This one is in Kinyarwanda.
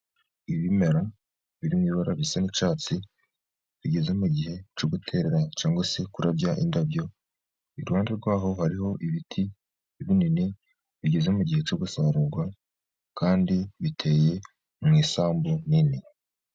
Ibimera birimo ibara risa n'icyatsi bigeze mugihe cyo guterera cyangwa se kurabya indabyo. iIruhande rwaho hariho ibiti binini bigeze mu mugihe cyo gusarurwa kandi biteye mu isambu nin.i